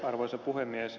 arvoisa puhemies